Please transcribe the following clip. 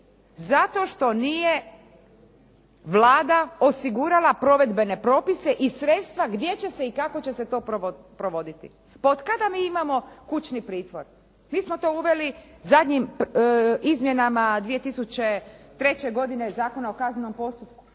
Zato što nije Vlada osigurala provedbene propise i sredstva gdje će se i kako će se to provoditi? Pa od kada mi imamo kućni pritvor? Mi smo to uveli zadnjim izmjenama 2003. godine Zakona o kaznenom postupku